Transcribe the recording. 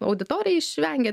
auditorija išvengia